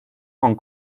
hong